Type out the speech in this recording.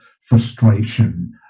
frustration